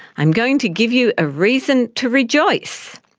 i'm going to give you a reason to rejoice.